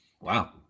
Wow